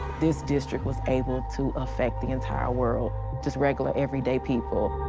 this district was able to affect the entire world. just regular, everyday people.